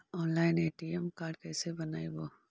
Online ATM card कैसे बनाबौ?